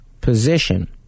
position